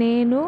నేను